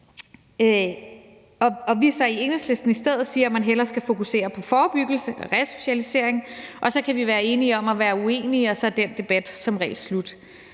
at vi så i Enhedslisten i stedet siger, at man hellere skal fokusere på forebyggelse og resocialisering, og at så kan vi være enige om at være uenige, og så er den debat som regel slut.